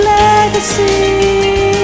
legacy